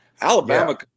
Alabama